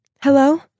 Hello